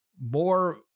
more